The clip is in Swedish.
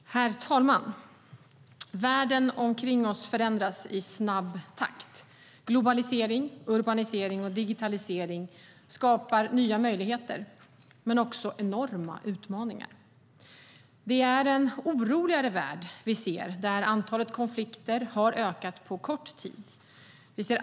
Herr talman! Världen omkring oss förändras i snabb takt. Globalisering, urbanisering och digitalisering skapar nya möjligheter, men också enorma utmaningar. Det är en oroligare värld vi ser där antalet konflikter har ökat på kort tid.